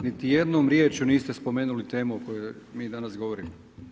Niti jednom riječju niste spomenuli temu o kojoj mi danas govorimo.